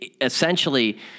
essentially